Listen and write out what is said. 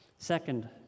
second